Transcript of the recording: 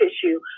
tissue